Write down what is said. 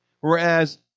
Whereas